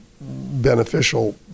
beneficial